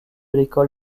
l’école